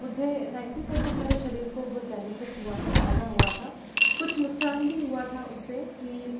मुझे ninety percent मेरे शरीर को बहुत बेनिफिट हुआ था फ़ायदा हुआ था कुछ नुकसान भी हुआ था उससे कि